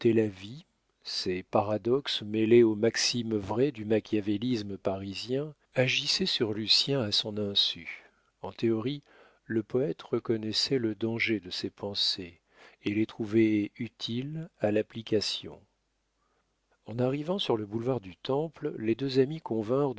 la vie ses paradoxes mêlés aux maximes vraies du machiavélisme parisien agissaient sur lucien à son insu en théorie le poète reconnaissait le danger de ces pensées et les trouvait utiles à l'application en arrivant sur le boulevard du temple les deux amis convinrent